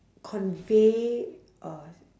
convey uh